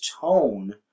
tone